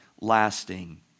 lasting